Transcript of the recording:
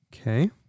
Okay